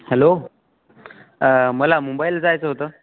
hello मला मुंबईला जायचं होतं